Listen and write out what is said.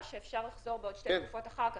או שאפשר לחזור בעוד שתי מדרגות אחר כך.